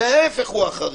וההפך הוא החריג.